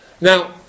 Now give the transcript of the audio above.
Now